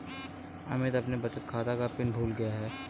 अमित अपने बचत खाते का पिन भूल गया है